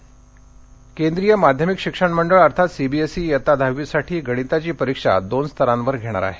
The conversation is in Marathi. सीवीएसई गणित केंद्रिय माध्यमिक शिक्षण मंडळ अर्थात सीबीएसई इयत्ता दहावीसाठी गणिताची परीक्षा दोन स्तरांवर घेणार आहे